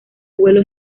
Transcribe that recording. vuelo